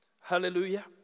Hallelujah